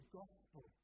gospel